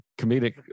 comedic